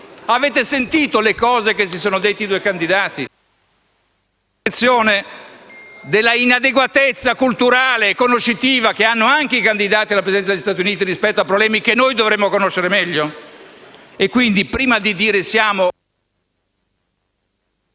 Avete sentito le cose che si sono detti i due candidati? Avete avuto percezione della inadeguatezza culturale e conoscitiva che hanno anche i candidati alla Presidenza degli Stati Uniti rispetto a problemi che noi dovremmo conoscere meglio? Quindi, prima di dire che siamo